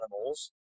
animals